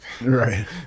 Right